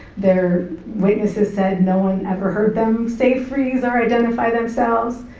their witnesses said no one ever heard them say freeze or identify themselves,